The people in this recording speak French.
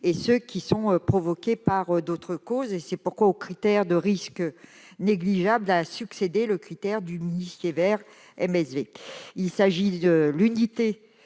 et ceux qui sont provoqués par d'autres causes. C'est pourquoi au critère de « risque négligeable » a succédé celui du millisievert : il s'agit de l'unité